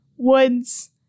woods